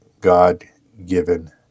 God-given